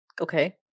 Okay